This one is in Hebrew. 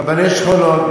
רבני שכונות.